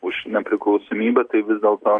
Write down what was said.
už nepriklausomybę tai vis dėl to